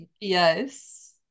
yes